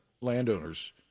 landowners